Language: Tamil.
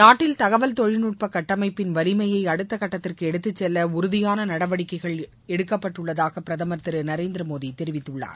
நாட்டில் தகவல் தொழில்நுட்ப கட்டமைப்பின் வலிமையை அடுத்த கட்டத்திற்கு எடுத்துச்செல்ல உறுதியான நடவடிக்கைகள் எடுக்கப்பட்டுள்ளதாக பிரதமர் திரு நரேந்திர மோடி தெரிவித்துள்ளார்